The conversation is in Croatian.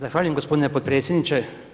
Zahvaljujem gospodine potpredsjedniče.